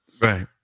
Right